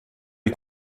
est